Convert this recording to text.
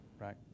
Right